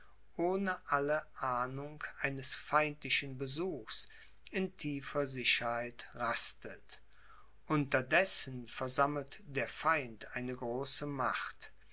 ohne alle ahnung eines feindlichen besuchs in tiefer sicherheit rastet unterdessen versammelt der feind eine große macht